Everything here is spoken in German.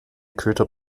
köter